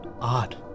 Odd